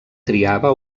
triava